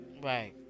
Right